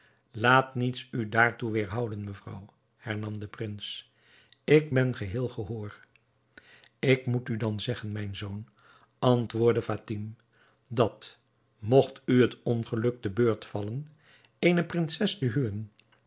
laat niets u daartoe weêrhouden mevrouw hernam de prins ik ben geheel gehoor ik moet u dan zeggen mijn zoon antwoordde fatime dat mogt u het ongeluk te beurt vallen eene prinses te huwen